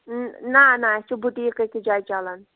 نہ نہ اَسہِ چھُ بُٹیٖک أکِس جایہِ چَلان